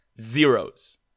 zeros